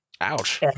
Ouch